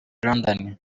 london